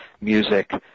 music